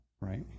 right